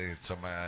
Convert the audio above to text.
insomma